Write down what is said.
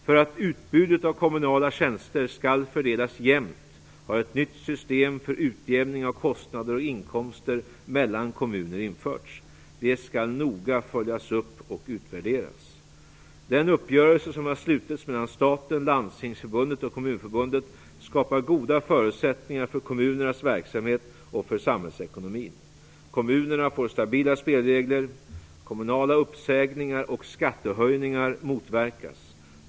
För att utbudet av kommunala tjänster skall fördelas jämnt har ett nytt system för utjämning av kostnader och inkomster mellan kommunerna införts. Det skall noga följas upp och utvärderas. Den uppgörelse som har slutits mellan staten, Landstingsförbundet och Kommunförbundet skapar goda förutsättningar för kommunernas verksamhet och för samhällsekonomin. Kommunerna får stabila spelregler. Kommunala uppsägningar och skattehöjningar motverkas.